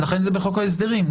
לכן זה בחוק ההסדרים.